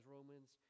Romans